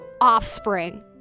offspring